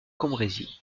cambrésis